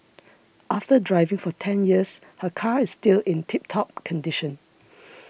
after driving for ten years her car is still in tip top condition